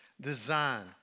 design